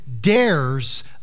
dares